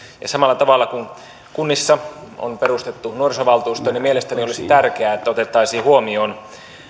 ja samalla tavalla kuin kunnissa on perustettu nuorisovaltuusto niin mielestäni olisi tärkeää että otettaisiin huomioon